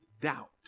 doubt